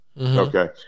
okay